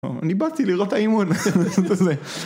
אני באתי לראות את האימון.